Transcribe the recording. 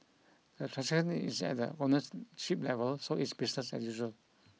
the transaction is at the ownership level so it's business as usual